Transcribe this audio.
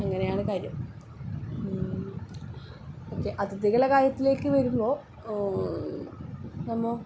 അങ്ങനെയാണ് കാര്യം ഓക്കെ അതിഥികളുടെ കാര്യത്തിലേക്ക് വരുമ്പോൾ നമ്മോ